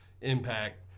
impact